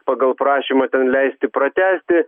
pagal prašymą leisti pratęsti